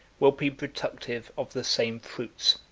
will be productive of the same fruits.